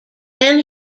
then